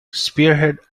spearhead